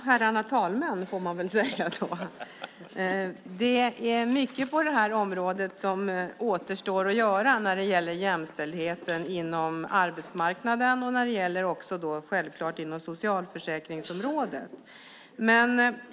Herr talman! Det är mycket som återstår att göra när det gäller jämställdheten på arbetsmarknaden och självklart inom socialförsäkringsområdet.